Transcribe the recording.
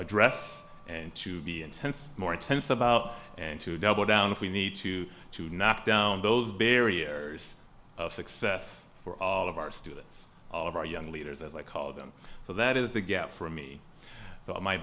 address and to be intense more intense about and to double down if we need to to knock down those barriers of success for all of our students all of our young leaders as i call them for that is the gap for me